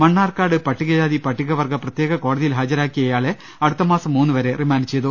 മണ്ണാർക്കാട് പട്ടികജാതിപ ട്ടിക വർഗ്ഗ പ്രത്യേക കോടതിയിൽ ഹാജരാക്കിയു ഇയാളെ അടു ത്തമാസം മൂന്നു വരെ റിമാന്റ് ചെയ്തു